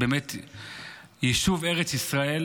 באמת, יישוב ארץ ישראל